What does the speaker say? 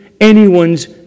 Anyone's